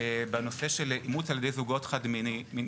בנושא של אימוץ על ידי זוגות חד-מיניים.